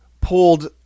pulled